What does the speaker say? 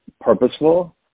purposeful